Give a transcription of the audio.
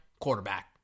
Quarterback